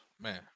man